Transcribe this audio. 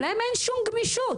להן אין שום גמישות.